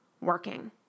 working